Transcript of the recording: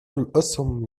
الأسهم